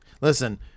Listen